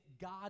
God